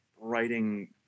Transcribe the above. writing